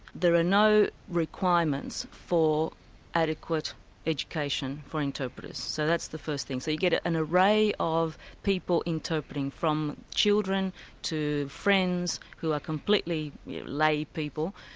there are no requirements for adequate education for interpreters, so that's the first thing. so you get an array of people interpreting, from children to friends, who are completely laypeople,